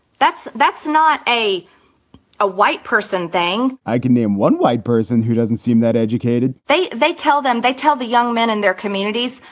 that's that's not a a white person thing i can name one white person who doesn't seem that educated they they tell them they tell the young men in their communities,